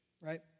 right